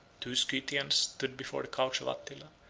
two scythians stood before the couch of attila,